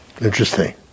interesting